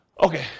Okay